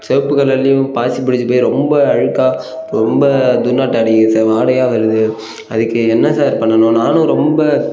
சிவப்பு கலர்லையும் பாசி பிடிச்சு போய் ரொம்ப அழுக்காக ரொம்ப துர்நாற்றம் அடிக்குது சார் வாடையாக வருது அதுக்கு என்ன சார் பண்ணணும் நானும் ரொம்ப